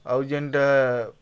ଆଉ ଯେନ୍ଟା